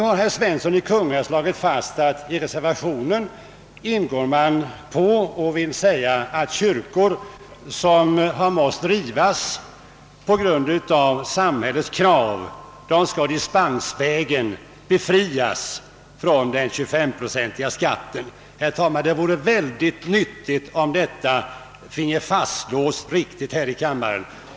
Herr Svensson i Kungälv erinrade om att man i reservationen säger att kyrkor som har måst rivas på grund av krav från samhället skall dispensvägen befrias från den 25-procentiga skatten. Herr talman! Det vore nyttigt om detta finge fastslås riktigt här i kammaren.